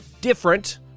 different